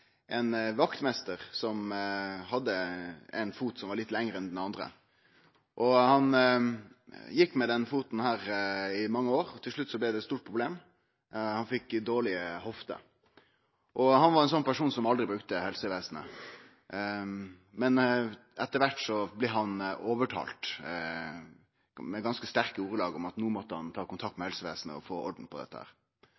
litt lengre enn den andre. Han gjekk med den foten i mange år, og til slutt blei det eit stort problem, han fekk dårlege hofter. Han var ein sånn person som aldri brukte helsevesenet, men etter kvart blei han overtalt med ganske sterke ordelag om at no måtte han ta kontakt